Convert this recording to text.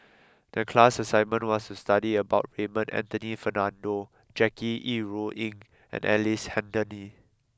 the class assignment was to study about Raymond Anthony Fernando Jackie Yi Ru Ying and Ellice Handly